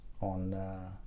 on